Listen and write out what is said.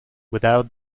without